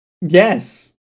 Yes